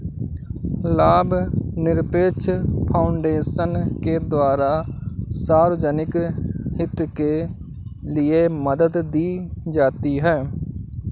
लाभनिरपेक्ष फाउन्डेशन के द्वारा सार्वजनिक हित के लिये मदद दी जाती है